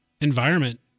environment